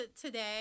today